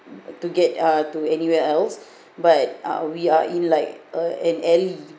to get uh to anywhere else but uh we are in like uh an alley